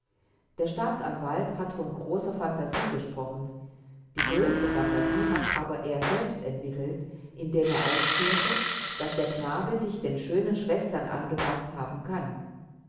der staatsanwalt hat von großer phantasie gesprochen die größte phantasie hat er aber selbst entwickelt indem er ausführte daß der knabe sich den schönen schwestern angepaßt haben kann